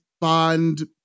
Bond